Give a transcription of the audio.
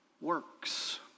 works